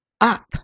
up